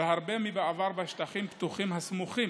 בהרבה מבעבר בשטחים פתוחים הסמוכים